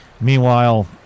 meanwhile